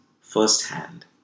firsthand